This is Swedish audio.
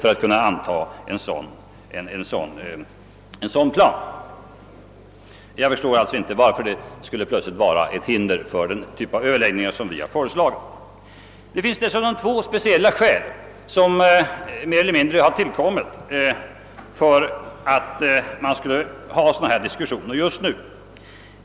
Jag förstår då inte varför bristen på en sådan enighet plötsligt skulle vara ett hinder för den typ av överläggningar som vi föreslagit. Det har dessutom tillkommit två speciella skäl, som mer eller mindre talar för diskussioner av detta slag just nu.